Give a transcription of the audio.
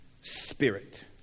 Spirit